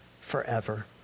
forever